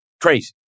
Crazy